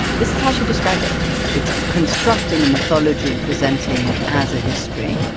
this is how she described it it's constructing a mythology and presenting it as a history.